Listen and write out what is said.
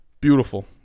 beautiful